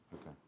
Okay